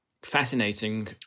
fascinating